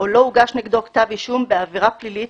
או לא הוגש נגדו כתב אישום בעבירה פלילית